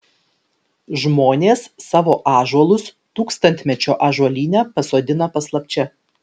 žmonės savo ąžuolus tūkstantmečio ąžuolyne pasodina paslapčia